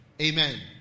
amen